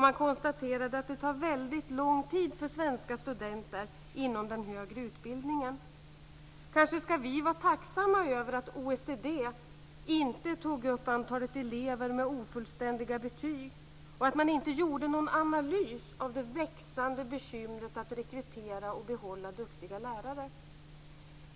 Man konstaterade också att det tar väldigt lång tid för svenska studenter inom den högre utbildningen. Kanske skall vi vara tacksamma för att OECD inte tog upp antalet elever med ofullständiga betyg och att man inte gjorde någon analys av det växande bekymret med att rekrytera och behålla duktiga lärare.